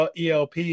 ELP